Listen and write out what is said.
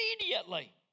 Immediately